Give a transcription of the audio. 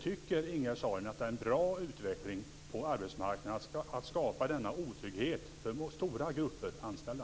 Tycker Ingegerd Saarinen att det är en bra utveckling på arbetsmarknaden att skapa denna otrygghet för stora grupper anställda?